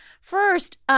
first